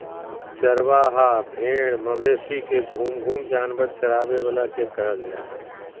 चरवाहा भेड़ मवेशी के घूम घूम जानवर चराबे वाला के कहल जा हइ